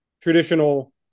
traditional